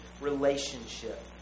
relationship